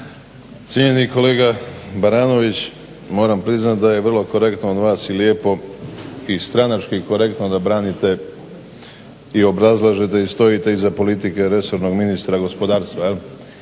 Cijenjeni kolega Baranović, moram priznat da je vrlo korektno od vas i lijepo i stranački korektno da branite i obrazlažete i stojite iza politike resornog ministra gospodarstva.